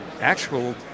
actual